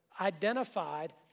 identified